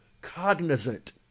cognizant